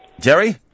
Jerry